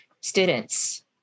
students